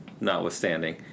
notwithstanding